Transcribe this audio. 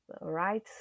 right